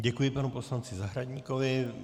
Děkuji panu poslanci Zahradníkovi.